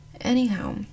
Anyhow